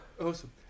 awesome